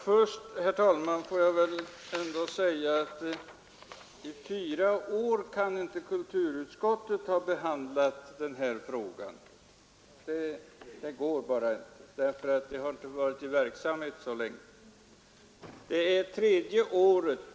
Herr talman! I fyra år kan inte kulturutskottet ha behandlat denna fråga — vi har inte varit i verksamhet så länge. Det är i år tredje året.